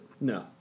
No